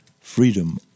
Freedom